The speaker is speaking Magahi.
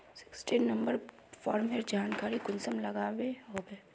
सिक्सटीन नंबर फार्मेर जानकारी कुंसम लुबा लागे?